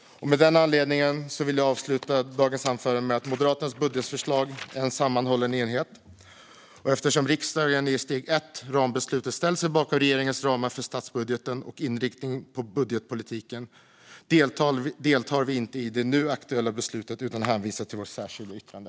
Av denna anledning vill jag avsluta dagens anförande med att Moderaternas budgetförslag är en sammanhållen enhet. Eftersom riksdagen i steg ett, rambeslutet, ställer sig bakom regeringens ramar för statsbudgeten och inriktning på budgetpolitiken deltar vi i Moderaterna inte i det nu aktuella beslutet utan hänvisar till vårt särskilda yttrande.